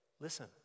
listen